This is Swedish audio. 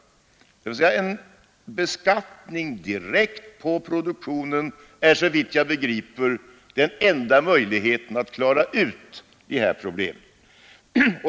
Det betyder att en beskattning direkt på produktionen är den enda möjligheten att klara ut finansieringsproblemen.